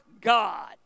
God